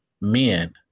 men